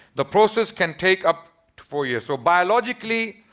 the process can take up to four years. so biologically,